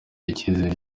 icyizere